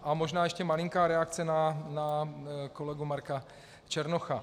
A možná ještě malinká reakce na kolegu Marka Černocha.